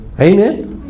Amen